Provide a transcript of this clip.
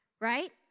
right